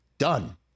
done